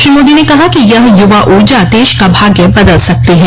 श्रो मोदी ने कहा कि यह यूवा ऊर्जा देश का भाग्य बदल सकती है